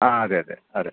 ആ അതെ അതെ അതെ